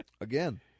Again